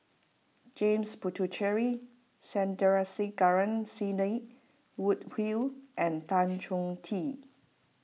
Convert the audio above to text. James Puthucheary Sandrasegaran Sidney Woodhull and Tan Choh Tee